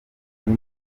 muri